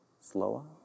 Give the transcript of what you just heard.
slower